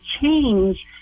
change